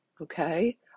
Okay